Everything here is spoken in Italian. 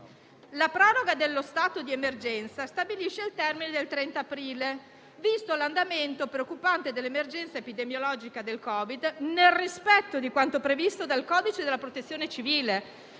la proroga dello stato di emergenza stabilisce il termine del 30 aprile, visto l'andamento preoccupante dell'emergenza epidemiologica da Covid e nel rispetto di quanto previsto dal codice della Protezione civile;